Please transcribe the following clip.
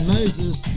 Moses